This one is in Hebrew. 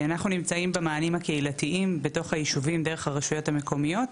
אנחנו נמצאים במענים הקהילתיים בתוך היישובים דרך הרשויות המקומיות.